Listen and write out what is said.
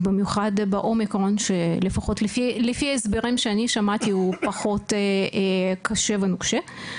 במיוחד באומיקרון שלפחות לפי ההסברים שאני שמעתי הוא פחות קשה ונוקשה.